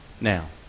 Now